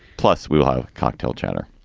plus, we'll have cocktail chatter.